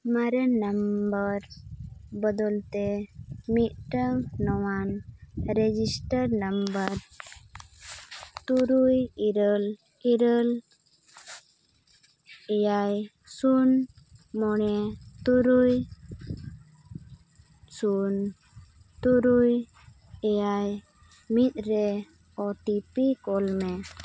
ᱢᱟᱨᱮ ᱱᱚᱢᱵᱟᱨ ᱵᱚᱫᱚᱞ ᱛᱮ ᱱᱤᱫᱴᱟᱝ ᱱᱚᱣᱟᱱ ᱨᱮᱡᱤᱥᱴᱟᱨ ᱱᱟᱢᱵᱟᱨ ᱛᱩᱨᱩᱭ ᱤᱨᱟᱹᱞ ᱤᱨᱟᱹᱞ ᱮᱭᱟᱭ ᱥᱩᱱ ᱢᱚᱬᱮ ᱛᱩᱨᱩᱭ ᱥᱩᱱ ᱛᱩᱨᱩᱭ ᱮᱭᱟᱭ ᱢᱤᱫ ᱨᱮ ᱳ ᱴᱤ ᱯᱤ ᱠᱳᱞ ᱢᱮ